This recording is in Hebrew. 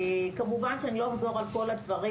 כמובן שלא אחזור על כל הדברים.